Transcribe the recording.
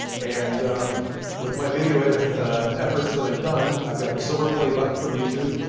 and with my video and efforts that i've done, i've got the silver play button from youtube,